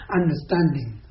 understanding